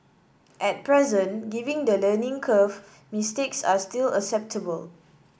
at present given the learning curve mistakes are still acceptable